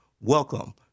Welcome